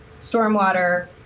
stormwater